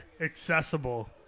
accessible